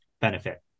benefit